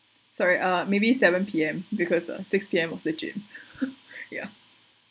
sorry uh maybe seven P_M because uh six P_M off the gym ya